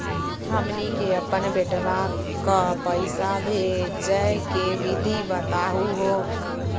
हमनी के अपन बेटवा क पैसवा भेजै के विधि बताहु हो?